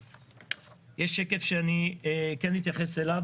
יש שקף שאני כן מתייחס אליו,